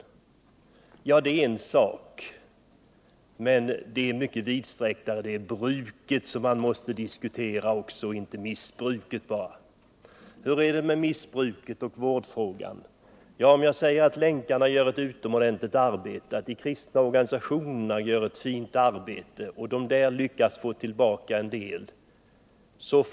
Ja, det är en sak, men problemet är mycket mer vidsträckt — man måste också diskutera bruket, inte bara missbruket. Låt mig säga att Länkarna gör ett utomordentligt gott arbete, att de kristna organisationerna gör ett fint arbete och att de därigenom lyckas få tillbaka en del människor från missbruket.